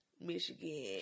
Michigan